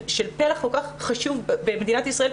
של פלח כל כך חשוב במדינת ישראל,